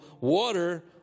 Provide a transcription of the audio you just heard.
water